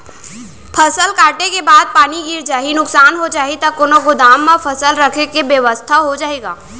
फसल कटे के बाद पानी गिर जाही, नुकसान हो जाही त कोनो गोदाम म फसल रखे के बेवस्था हो जाही का?